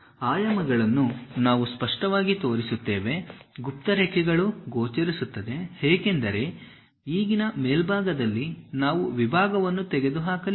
ಆಯಾಮಗಳನ್ನು ನಾವು ಸ್ಪಷ್ಟವಾಗಿ ತೋರಿಸುತ್ತೇವೆ ಗುಪ್ತ ರೇಖೆಗಳು ಗೋಚರಿಸುತ್ತದೆ ಏಕೆಂದರೆ ಈಗಿನ ಮೇಲ್ಭಾಗದಲ್ಲಿ ನಾವು ವಿಭಾಗವನ್ನು ತೆಗೆದುಹಾಕಲಿಲ್ಲ